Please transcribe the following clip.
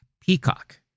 Peacock